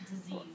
Disease